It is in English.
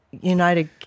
united